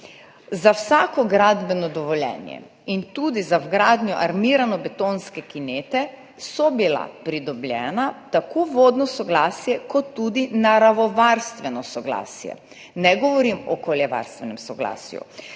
Za vsako gradbeno dovoljenje in tudi za vgradnjo armirano betonske kinete je bilo pridobljeno tako vodno soglasje kot tudi naravovarstveno soglasje. Ne govorim o okoljevarstvenem soglasju.